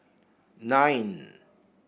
nine